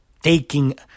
taking